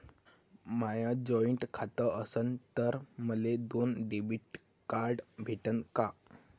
माय joint खातं असन तर मले दोन डेबिट कार्ड भेटन का?